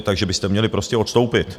Takže byste měli prostě odstoupit!